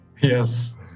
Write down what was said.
Yes